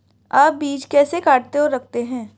आप बीज कैसे काटते और रखते हैं?